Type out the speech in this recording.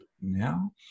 now